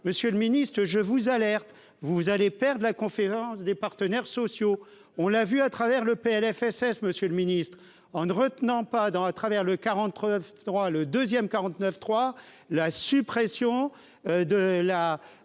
monsieur le Ministre je vous alerte, vous allez perdre la conférence des partenaires sociaux, on l'a vu à travers le PLFSS Monsieur le Ministre, en ne retenant pas dans à travers le quart entre trois le deuxième 49 3 la suppression de la